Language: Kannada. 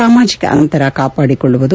ಸಾಮಾಜಿಕ ಅಂತರ ಕಾಪಾಡಿಕೊಳ್ಳುವುದು